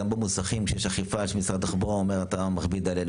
גם במוסכים שיש אכיפה יש משרד התחבורה אומר אתה מכביד עלינו.